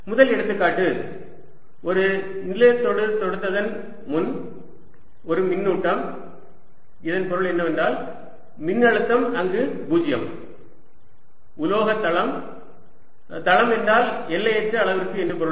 முதல் எடுத்துக்காட்டு ஒரு நிலத்தொடுதொடுத்ததன் முன் ஒரு மின்னூட்டம் இதன் பொருள் என்னவென்றால் மின்னழுத்தம் அங்கு 0 உலோக தளம் தளம் என்றால் எல்லையற்ற அளவிற்கு என்று பொருள்